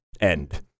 end